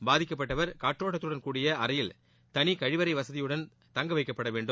பாதிக்கப்பட்டவர் காற்றோட்டத்துடன் கூடிய அறையில் தனி கழிவறை வசதியுடன் தங்க வைக்கப்பட வேண்டும்